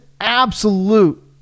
absolute